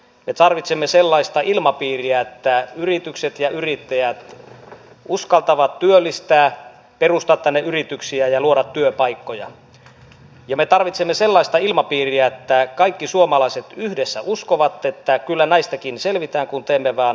me tarvitsemme sellaista ilmapiiriä että yritykset ja yrittäjät uskaltavat työllistää perustaa tänne yrityksiä ja luoda työpaikkoja ja me tarvitsemme sellaista ilmapiiriä että kaikki suomalaiset yhdessä uskovat että kyllä näistäkin selvitään kun teemme vain oikeita ratkaisuja